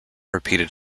repeated